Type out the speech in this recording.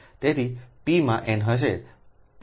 તેથી તે P માં n હશે P રદ થશે